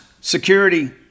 Security